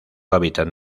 hábitat